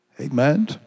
Amen